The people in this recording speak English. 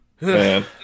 Man